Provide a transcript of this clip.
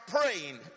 praying